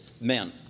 men